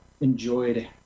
enjoyed